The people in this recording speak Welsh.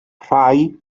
rhai